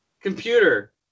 Computer